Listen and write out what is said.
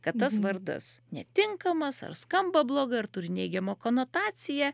kad tas vardas netinkamas ar skamba blogai ar turi neigiamą konotaciją